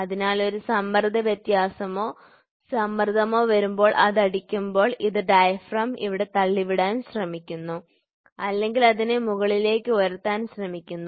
അതിനാൽ ഒരു സമ്മർദ്ദ വ്യത്യാസമോ സമ്മർദ്ദമോ വരുമ്പോൾ അത് അടിക്കുമ്പോൾ ഇത് ഡയഫ്രം ഇവിടെ തള്ളിവിടാൻ ശ്രമിക്കുന്നു അല്ലെങ്കിൽ അതിനെ മുകളിലേക്ക് ഉയർത്താൻ ശ്രമിക്കുന്നു